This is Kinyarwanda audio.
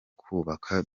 kubaka